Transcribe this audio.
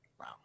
Wow